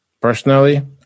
Personally